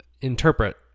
interpret